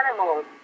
animals